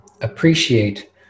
appreciate